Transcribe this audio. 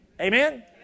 Amen